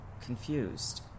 Confused